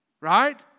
right